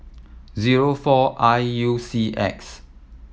zero four I U C X